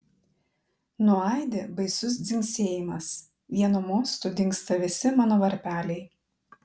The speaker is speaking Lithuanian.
nuaidi baisus dzingsėjimas vienu mostu dingsta visi mano varpeliai